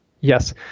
Yes